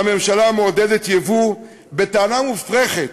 והממשלה מעודדת ייבוא בטענה מופרכת